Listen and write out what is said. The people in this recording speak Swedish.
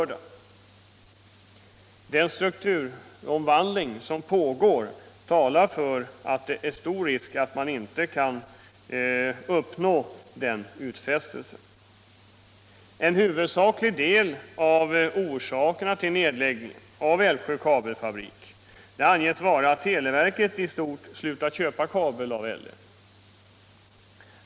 Den strukturomvandling som pågår talar för att det är stor risk att man inte kan hålla det löftet. En av huvudorsakerna till nedläggningen av Älvsjöanläggningen uppges vara att televerket i stort sett slutat att köpa kabel av LM.